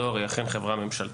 הדואר היא אכן חברה ממשלתית.